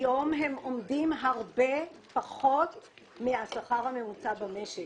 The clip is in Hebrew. היום הם עומדים על הרבה פחות מהשכר הממוצע במשק.